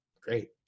great